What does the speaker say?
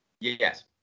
Yes